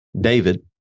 David